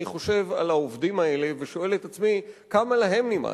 אני חושב על העובדים האלה ושואל את עצמי כמה להם נמאס.